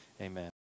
Amen